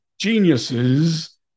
geniuses